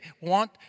want